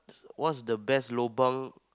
what's the best lobang